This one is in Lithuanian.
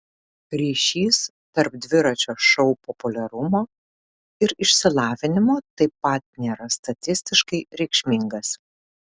ryšys tarp dviračio šou populiarumo ir išsilavinimo taip pat nėra statistiškai reikšmingas